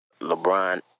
LeBron